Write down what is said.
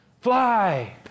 fly